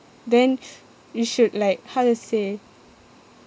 then you should like how to say